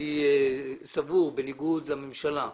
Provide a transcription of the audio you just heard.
אני סבור, בניגוד לממשלה,